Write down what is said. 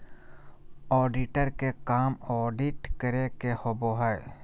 auditor के काम audit करे के होबो हइ